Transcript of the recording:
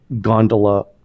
gondola